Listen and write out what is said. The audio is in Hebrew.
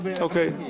אוקיי.